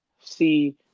see